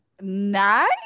Nice